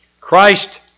Christ